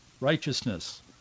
righteousness